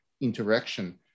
interaction